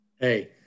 Hey